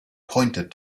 pointed